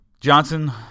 Johnson